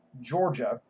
Georgia